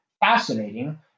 Fascinating